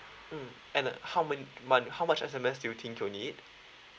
mm and uh how many month how much S_M_S do you think you'll need